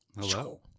Hello